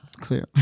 Clear